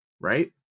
right